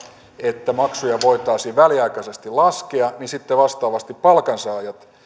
että maksuja voitaisiin väliaikaisesti laskea vastaavasti palkansaajat